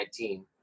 2019